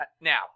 now